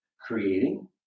Creating